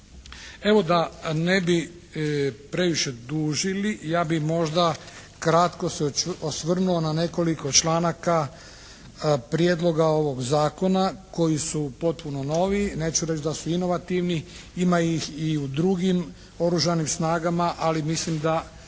Evo, da ne bi previše dužili ja bi možda kratko se osvrnuo na nekoliko članaka prijedloga ovog zakona koji su potpuno novi. Neću reći da su inovativni, ima ih i u drugim oružanim snagama ali mislim da